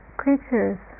creatures